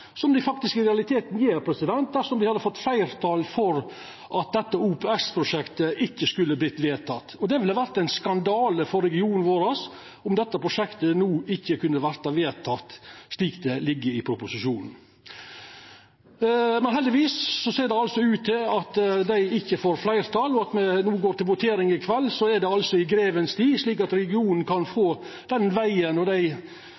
som dei faktisk i realiteten gjer dersom dei hadde fått fleirtal for at dette OPS-prosjektet ikkje skulle ha vorte vedteke. Det ville ha vore ein skandale for regionen vår om dette prosjektet no ikkje kunne ha vorte vedteke slik det ligg føre i proposisjonen. Heldigvis ser det ut til at dei ikkje får fleirtal, og når me går til votering i kveld, er det i grevens tid, slik at regionen kan få den vegen og dei